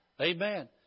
Amen